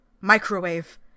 Microwave